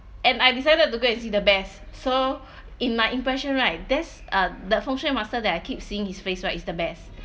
and I decided to go and see the best so in my impression right there's uh that feng shui master that I keep seeing his face right is the best